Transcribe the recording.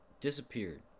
disappeared